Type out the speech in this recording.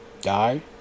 die